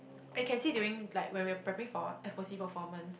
like you can see during like when we are prepping for F_O_C performance